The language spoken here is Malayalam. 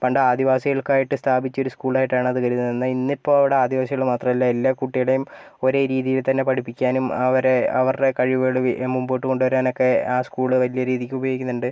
പണ്ട് ആദിവാസികൾക്കായിട്ട് സ്ഥാപിച്ച ഒരു സ്കൂൾ ആയിട്ടാണ് അത് കരുതുന്നത് എന്നാൽ ഇന്ന് ഇപ്പോൾ അവിടെ ആദിവാസികൾ മാത്രമല്ല എല്ലാ കുട്ടിയുടെയും ഒരേ രീതിയിൽ തന്നെ പഠിപ്പിക്കാനും അവരെ അവരുടെ കഴിവുകൾ മുമ്പോട്ട് കൊണ്ടുവരാൻ ഒക്കെ ആ സ്കൂൾ വലിയ രീതിക്ക് ഉപയോഗിക്കുന്നുണ്ട്